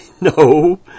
No